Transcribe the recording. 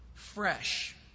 Fresh